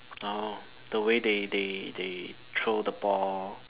orh the way they they they throw the ball